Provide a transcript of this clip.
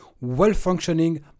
well-functioning